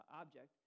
object